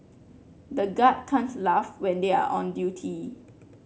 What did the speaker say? the guard can't laugh when they are on duty